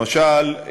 למשל,